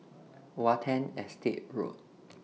Watten Estate Road